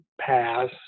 pass